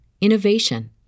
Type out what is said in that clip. innovation